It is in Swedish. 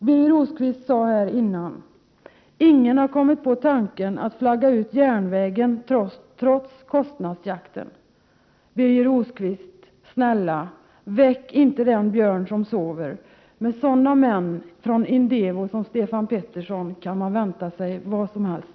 Birger Rosqvist sade förut: Ingen har kommit på tanken att flagga ut järnvägen, trots kostnadsjakten. Snälla Birger Rosqvist, väck inte den björn som sover! Av sådana män som Stefan Pettersson från Indevo kan man vänta sig vad som helst.